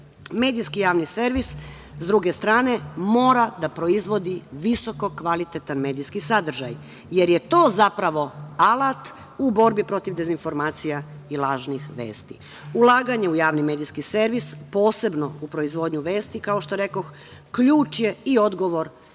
društvu. Medijski javni servis, s druge strane, mora da proizvodi visoko kvalitetan medijski sadržaj, jer je to, zapravo, alat u borbi protiv dezinformacija i lažnih vesti. Ulaganje u javni medijski servis posebno u proizvodnju vesti, kao što rekoh, ključ je i odgovor